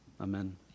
amen